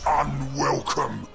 unwelcome